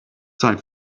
time